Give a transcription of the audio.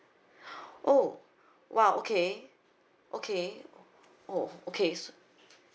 oh !wow! okay okay oh okay